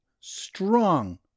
strong